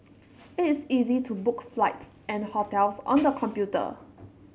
it is easy to book flights and hotels on the computer